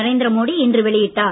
நரேந்திர மோடி இன்று வெளியிட்டார்